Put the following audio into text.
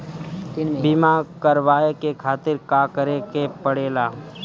बीमा करेवाए के खातिर का करे के पड़ेला?